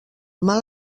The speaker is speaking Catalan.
mal